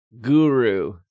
guru